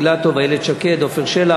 גברתי היושבת-ראש,